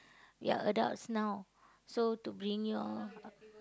you're adults now so to bring you all